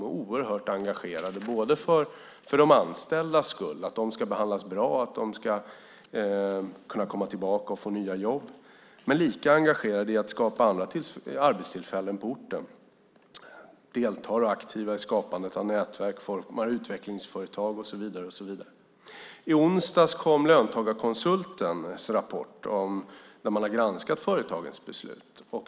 De är oerhört engagerade, både när det gäller att de anställda ska behandlas bra och kunna komma tillbaka och få nya jobb och när det gäller att skapa andra arbetstillfällen på orten. De deltar och är aktiva i skapandet av nätverk, formar utvecklingsföretag och så vidare. I onsdags kom löntagarkonsultens rapport där man har granskat företagets beslut.